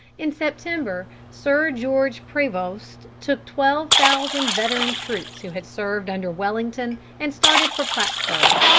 in september, sir george prevost took twelve thousand veteran troops who had served under wellington, and started for plattsburg.